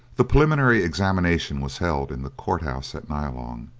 the preliminary examination was held in the court house at nyalong,